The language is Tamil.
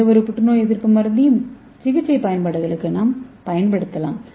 எந்தவொரு புற்றுநோய் எதிர்ப்பு மருந்தையும் சிகிச்சை பயன்பாடுகளுக்கு நாம் பயன்படுத்தலாம்